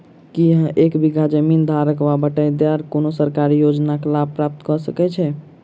की एक बीघा जमीन धारक वा बटाईदार कोनों सरकारी योजनाक लाभ प्राप्त कऽ सकैत छैक?